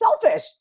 selfish